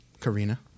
Karina